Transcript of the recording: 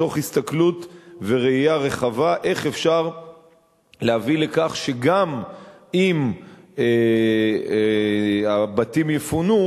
מתוך הסתכלות וראייה רחבה איך אפשר להביא לכך שגם אם הבתים יפונו,